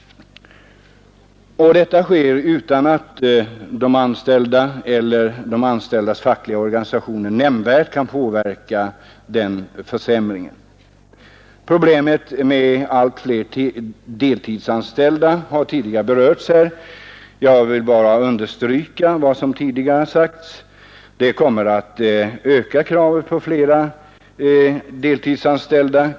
Och detta sker utan att de anställda eller de anställdas fackliga organisationer nämnvärt kan påverka denna försämring. Problemet med allt fler deltidsanställda har tidigare berörts här. Jag vill bara understryka vad som sagts: lagens slopande kommer att öka behovet av flera deltidsanställda.